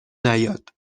نیاد